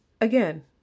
again